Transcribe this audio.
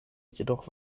jedoch